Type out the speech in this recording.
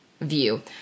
view